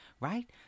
right